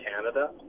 Canada